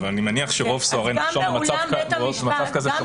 אבל אני מניח שרוב הסוהרים במצב כזה שומעים.